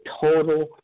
total